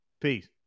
Peace